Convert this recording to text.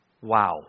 Wow